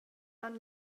han